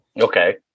Okay